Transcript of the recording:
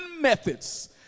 methods